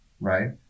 right